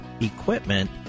equipment